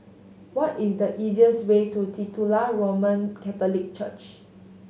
what is the easiest way to Titular Roman Catholic Church